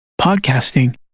Podcasting